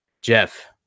Jeff